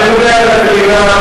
הממונה על הקרינה,